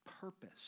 purpose